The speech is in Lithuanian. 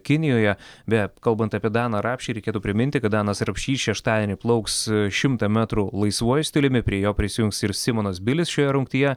kinijoje beje kalbant apie daną rapšį reikėtų priminti kad danas rapšys šeštadienį plauks šimtą metrų laisvuoju stiliumi prie jo prisijungs ir simonas bilis šioje rungtyje